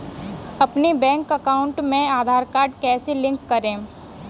अपने bank account में Aadhaar card कैसे लिंक करें?